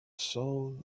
soul